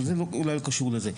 אבל זה אולי לא קשור לזה.